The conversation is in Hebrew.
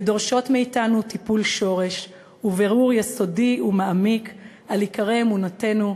ודורשות מאתנו טיפול שורש ובירור יסודי ומעמיק על עיקרי אמונתנו,